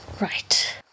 Right